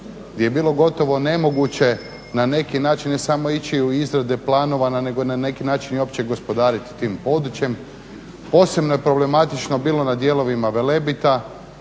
di je bilo gotovo nemoguće na neki način ne samo ići u izrade planova nego na neki način i uopće gospodariti tim područjem. Posebno je problematično bilo na dijelovima Velebita,